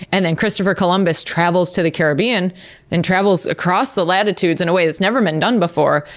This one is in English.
and then christopher columbus travels to the caribbean and travels across the latitudes in a way that's never been done before,